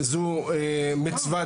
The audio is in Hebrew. זו מצווה,